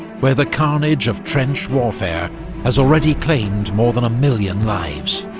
where the carnage of trench warfare has already claimed more than a million lives.